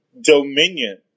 dominion